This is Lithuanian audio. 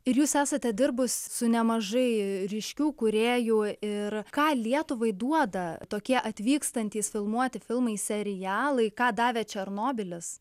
ir jūs esate dirbus su nemažai ryškių kūrėjų ir ką lietuvai duoda tokie atvykstantys filmuoti filmai serialai ką davė černobylis